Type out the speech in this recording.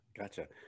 Gotcha